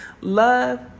Love